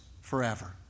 forever